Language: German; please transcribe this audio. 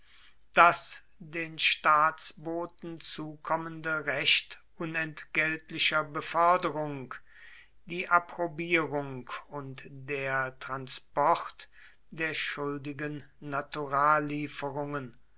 das den staatsboten zukommende recht unentgeltlicher beförderung die approbierung und der transport der schuldigen